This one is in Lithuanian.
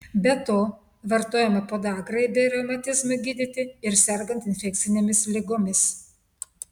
be to vartojama podagrai bei reumatizmui gydyti ir sergant infekcinėmis ligomis